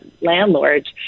landlords